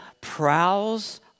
prowls